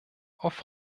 auf